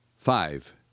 Five